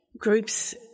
Groups